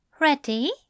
Ready